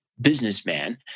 businessman